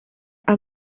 are